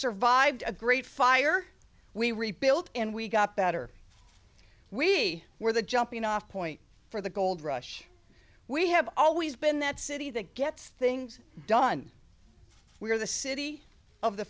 survived a great fire we rebuilt and we got better we were the jumping off point for the gold rush we have always been that city that gets things done we are the city of the